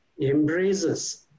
embraces